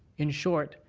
in short,